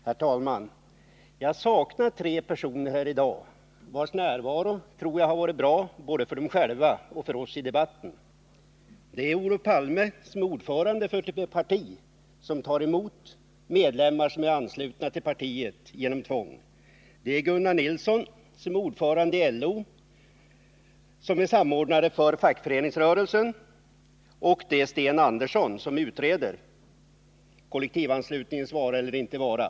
Herr talman! Jag saknar tre personer här i dag, vilkas närvaro jag tror hade varit bra både för dem själva och för oss övriga i debatten. Det är Olof Palme, ordförande i det parti som har tvångsanslutna medlemmar, det är Gunnar Nilsson, ordförande i LO och samordnare för fackföreningsrörelsen, och det är Sten Andersson, som utreder kollektivanslutningens vara eller icke vara.